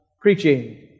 preaching